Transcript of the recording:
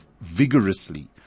vigorously